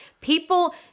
people